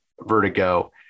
vertigo